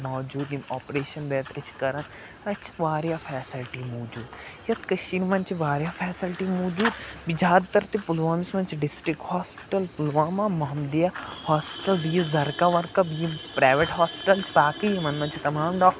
موجوٗد یِم آپریشَن بیترِ چھِ کَران اَتہِ چھِ واریاہ فیسَلٹی موٗجوٗد یَتھ کٔشیٖرِ منٛز چھِ واریاہ فیسَلٹی موٗجوٗد زیادٕ تر تہِ پُلوٲمِس منٛز چھِ district hospital Pulwama Mohammadiya hospital بیٚیہِ یُس زَرکَب وَرکَب یِم پرٛیوٮ۪ٹ ہاسپِٹَل چھِ تاکہِ یِمَن منٛز چھِ تمام ڈاک